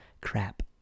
crap